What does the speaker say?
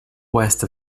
west